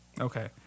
Okay